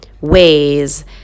ways